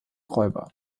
räuber